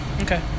Okay